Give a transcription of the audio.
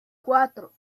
cuatro